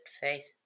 faith